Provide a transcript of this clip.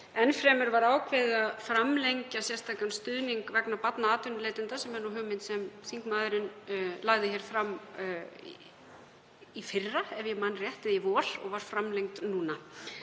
Enn fremur var ákveðið að framlengja sérstakan stuðning vegna barna atvinnuleitenda sem er hugmynd sem þingmaðurinn lagði fram í fyrra, ef ég man rétt, eða í vor og var framlengd núna.